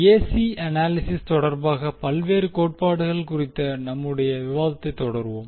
AC analysis தொடர்பாக பல்வேறு கோட்பாடுகள் குறித்த நம்முடைய விவாதத்தைத் தொடருவோம்